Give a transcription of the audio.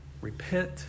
repent